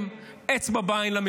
אצבע בעין לחיילים,